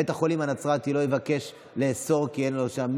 בית החולים הנצרתי לא יבקש לאסור כי אין לו שם.